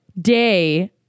day